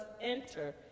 enter